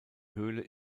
höhle